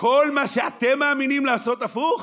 כל מה שאתם מאמינים, לעשות הפוך?